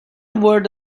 word